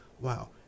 wow